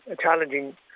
challenging